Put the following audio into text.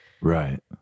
right